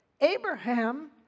Abraham